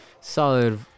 solid